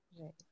right